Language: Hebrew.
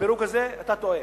מהפירוק הזה, אתה טועה.